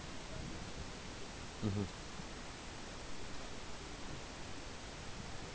mmhmm